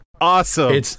awesome